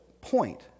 point